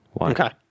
Okay